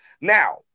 Now